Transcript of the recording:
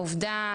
העובדה,